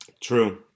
True